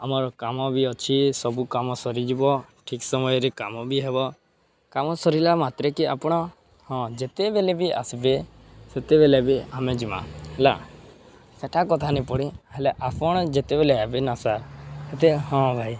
ଆମର କାମ ବି ଅଛି ସବୁ କାମ ସରିଯିବ ଠିକ୍ ସମୟରେ କାମ ବି ହେବ କାମ ସରିଲା ମାତ୍ରେକେ ଆପଣ ହଁ ଯେତେବେଳେ ବି ଆସିବେ ସେତେବେଳେ ବି ଆମେ ଯିମା ହେଲା ସେଇଟା କଥା ନ ପଡ଼ିି ହେଲେ ଆପଣ ଯେତେବେଳେ ଏବେ ନା ସାର୍ ସେତେ ହଁ ଭାଇ